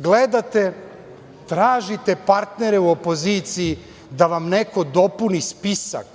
Gledate, tražite partnere u opoziciji da vam neko dopuni spisak,